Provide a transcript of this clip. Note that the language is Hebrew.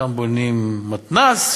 שם בונים מתנ"ס,